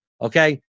okay